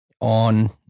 on